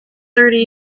thirty